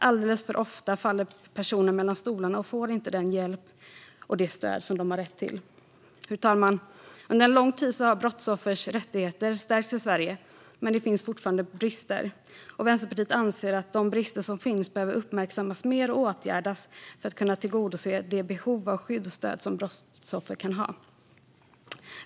Alldeles för ofta faller personer mellan stolarna och får inte den hjälp och det stöd som de har rätt till. Fru talman! Under en lång tid har brottsoffers rättigheter stärkts i Sverige. Men det finns fortfarande brister. Vänsterpartiet anser att de brister som finns behöver uppmärksammas mer och åtgärdas för att vi ska kunna tillgodose de behov av skydd och stöd som brottsoffer kan ha.